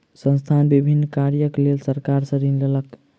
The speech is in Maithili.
संस्थान विभिन्न कार्यक लेल सरकार सॅ ऋण लेलक